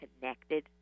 connected